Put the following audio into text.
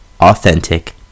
authentic